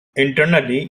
internally